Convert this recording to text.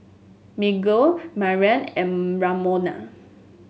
Miguel Mariann and Ramona